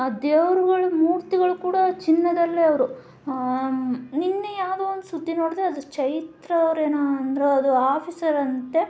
ಆ ದೇವ್ರುಗಳ ಮೂರ್ತಿಗಳು ಕೂಡ ಚಿನ್ನದಲ್ಲೇ ಅವರು ನಿನ್ನೆ ಯಾವುದೋ ಒಂದು ಸುದ್ದಿ ನೋಡಿದೆ ಅದು ಚೈತ್ರ ಅವರೇನೋ ಅಂದ್ರೆ ಅದು ಆಫೀಸರ್ ಅಂತೆ